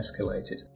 escalated